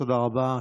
תודה רבה.